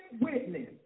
witness